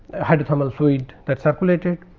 ah hydrothermal fluid that circulated.